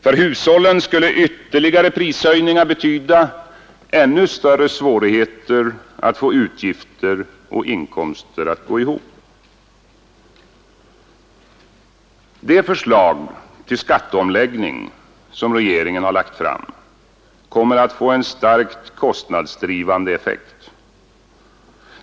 För hushållen skulle ytterligare prishöjningar betyda ännu större svårigheter att få utgifter och inkomster att gå ihop. Det förslag till skatteomläggning som regeringen har lagt fram kommer att få en starkt kostnadsdrivande effekt.